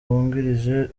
wungirije